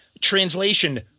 Translation